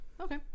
okay